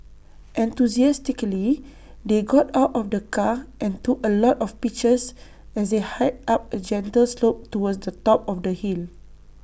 enthusiastically they got out of the car and took A lot of pictures as they hiked up A gentle slope towards the top of the hill